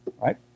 right